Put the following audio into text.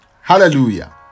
Hallelujah